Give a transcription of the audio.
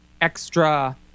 extra